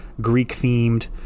Greek-themed